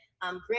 Grant